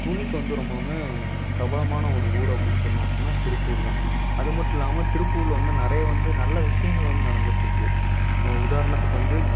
துணிக்கு வந்து ரொம்பவும் பிரபலமான ஒரு ஊர் அப்படினு சொன்னோம் அப்படினா திருப்பூர் தான் அது மட்டும் இல்லாமல் திருப்பூரில் வந்து நிறைய வந்து நல்ல விஷயங்கள் வந்து நடந்துட்டு இருக்குது உதாரணத்துக்கு வந்து